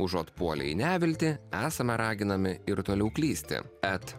užuot puolę į neviltį esame raginami ir toliau klysti et